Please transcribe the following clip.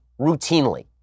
routinely